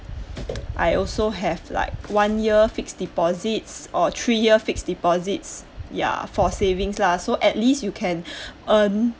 I also have like one year fixed deposit or three years fixed deposit ya for savings lah so at least you can earn